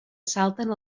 salten